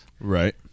right